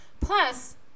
Plus